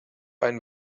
einen